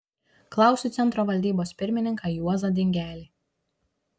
klausiu centro valdybos pirmininką juozą dingelį